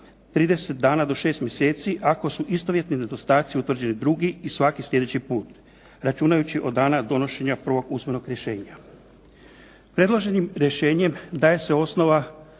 30 dana do 6 mjeseci, ako su istovjetni nedostaci utvrđeni drugi i svaki sljedeći put računajući od dana donošenja prvog usmenog rješenja. Predloženim rješenjem daje se osnova